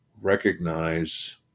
recognize